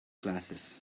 classes